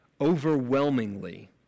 Overwhelmingly